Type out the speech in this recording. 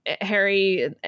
harry